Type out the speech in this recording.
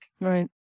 Right